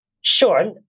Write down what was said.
Sure